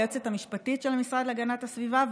היועצת המשפטית של המשרד להגנת הסביבה,